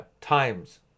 times